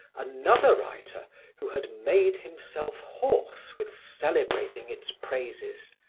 another writer who had made himself hoarse with celebrating its praises,